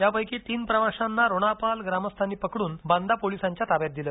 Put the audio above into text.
या पैकी तीन प्रवाशांना रोणापाल ग्रामस्थांनी पकडून बांदा पोलिसांच्या ताब्यात दिले